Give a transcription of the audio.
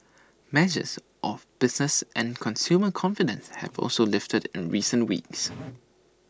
measures of business and consumer confidence have also lifted in recent weeks